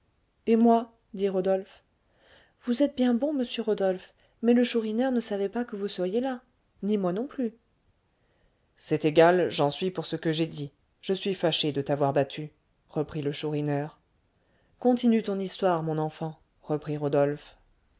et moi dit rodolphe vous êtes bien bon monsieur rodolphe mais le chourineur ne savait pas que vous seriez là ni moi non plus c'est égal j'en suis pour ce que j'ai dit je suis fâché de t'avoir battue reprit le chourineur continue ton histoire mon enfant reprit rodolphe